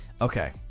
Okay